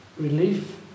Relief